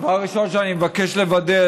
הדבר הראשון שאני מבקש לוודא,